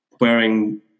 wearing